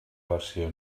versió